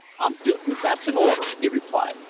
i'm dootin' that's in order, he replied.